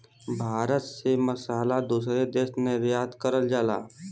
भारत से मसाला दूसरे देश निर्यात करल जाला